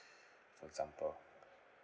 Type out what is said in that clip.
for example